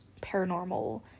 paranormal